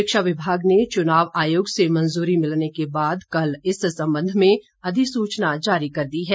शिक्षा विभाग ने चुनाव आयोग से मंजूरी मिलने के बाद कल इस संबंध में अधिसूचना जारी कर दी है